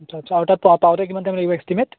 আচ্ছা আচ্ছা আৰু তাত পা পাওঁতে কিমান টাইম লাগিব এষ্টিমেট